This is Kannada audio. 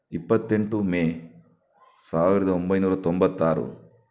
ಇಪ್ಪತ್ತೆಂಟು ಮೇ ಸಾವಿರದ ಒಂಬೈನೂರ ತೊಂಬತ್ತಾರು